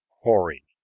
hoary